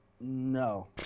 No